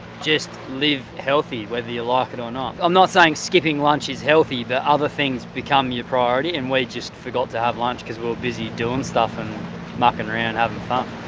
just live healthy whether you like it or not. i'm not saying skipping lunch is healthy but other thing's become your priority, and we just forgot to have lunch because we're busy doing stuff, and mucking around having fun.